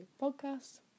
podcast